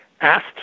asked